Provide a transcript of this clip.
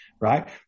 right